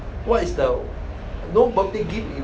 what is the no birthday gift you